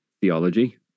theology